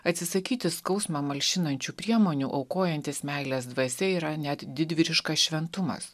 atsisakyti skausmą malšinančių priemonių aukojantis meilės dvasia yra net didvyriškas šventumas